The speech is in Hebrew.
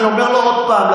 אני אומר לו עוד פעם,